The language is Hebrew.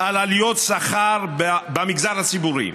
על עליות שכר במגזר הציבורי.